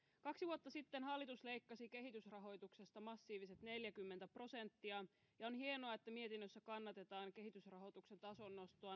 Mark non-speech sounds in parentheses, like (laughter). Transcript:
kaksi vuotta sitten hallitus leikkasi kehitysrahoituksesta massiiviset neljäkymmentä prosenttia ja on hienoa että mietinnössä kannatetaan kehitysrahoituksen tason nostoa (unintelligible)